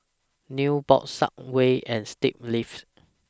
Nubox Subway and State Lives